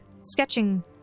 sketching